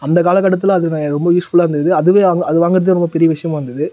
அந்த காலகட்டத்தில் அது ந எனக்கு ரொம்ப யூஸ் ஃபுல்லாக இருந்தது அதுவே அங்கே அது வாங்குறதே ரொம்ப பெரிய விஷயமாக இருந்தது